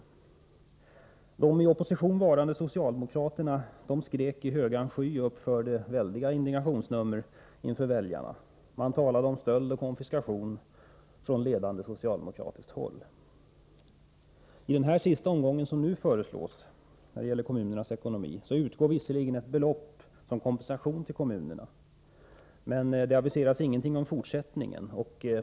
Då skrek de i opposition varande socialdemokraterna i högan sky och uppförde väldiga indignationsnummer inför väljarna. Från ledande socialdemokratiskt håll talade man om stöld och konfiskation. I den sista omgång som nu föreslås när det gäller kommunernas ekonomi utgår visserligen ett belopp som kompensation till kommunerna, men det aviseras ingenting om fortsättningen.